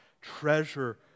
treasure